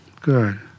Good